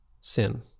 sin